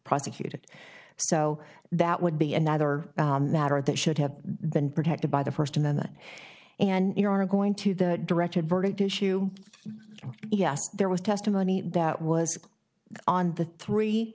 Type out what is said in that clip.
prosecuted so that would be another matter that should have been protected by the first amendment and you are going to the directed verdict issue yes there was testimony that was on the three